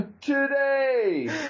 Today